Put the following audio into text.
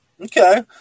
Okay